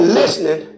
listening